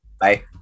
bye